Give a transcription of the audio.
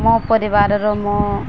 ମୋ ପରିବାରର ମୁଁ